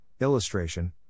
illustration